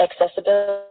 accessibility